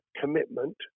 commitment